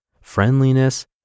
friendliness